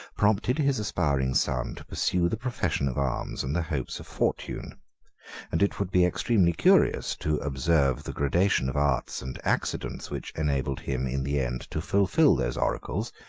prompted his aspiring son to pursue the profession of arms and the hopes of fortune and it would be extremely curious to observe the gradation of arts and accidents which enabled him in the end to fulfil those oracles,